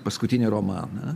paskutinį romaną